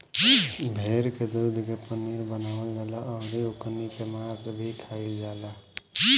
भेड़ के दूध के पनीर बनावल जाला अउरी ओकनी के मांस भी खाईल जाला